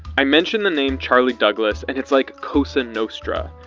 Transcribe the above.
i mentioned the name charlie douglas and it's like cosa nostra.